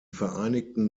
vereinigten